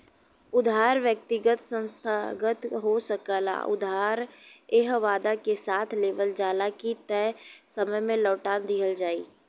उधार व्यक्तिगत संस्थागत हो सकला उधार एह वादा के साथ लेवल जाला की तय समय में लौटा दिहल जाइ